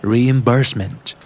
Reimbursement